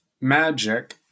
Magic